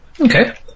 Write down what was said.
Okay